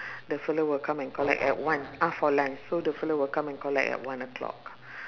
the fellow will come and collect at one ah for lunch so the fellow will come and collect at one o'clock